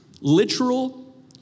literal